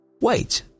Wait